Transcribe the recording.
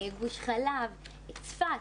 גוש חלב, צפת,